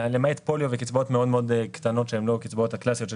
למעט פוליו וקצבאות מאוד מאוד קטנות שהן לא הקצבאות הקלאסיות של